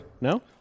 No